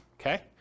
Okay